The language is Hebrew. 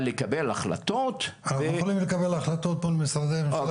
אבל לקבל החלטות --- אנחנו יכולים לקבל החלטות כמו כל משרדי הממשלה,